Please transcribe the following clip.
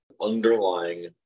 underlying